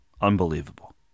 Unbelievable